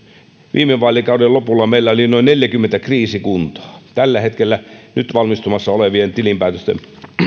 viime vaalikauden lopulla meillä oli noin neljäkymmentä kriisikuntaa tällä hetkellä nyt valmistumassa olevien tilinpäätösten